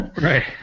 Right